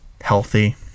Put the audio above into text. healthy